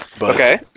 Okay